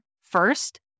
first